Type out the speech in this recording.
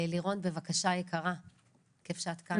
לירון בבקשה יקרה, כיף שאתה כאן.